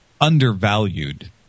undervalued